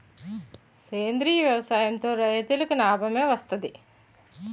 సేంద్రీయ వ్యవసాయం తో రైతులకి నాబమే వస్తది